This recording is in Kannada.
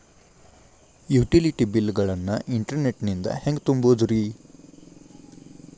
ಯುಟಿಲಿಟಿ ಬಿಲ್ ಗಳನ್ನ ಇಂಟರ್ನೆಟ್ ನಿಂದ ಹೆಂಗ್ ತುಂಬೋದುರಿ?